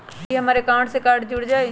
ई हमर अकाउंट से कार्ड जुर जाई?